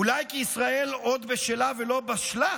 אולי כי ישראל עוד בשלה ולא בשלה /